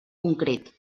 concret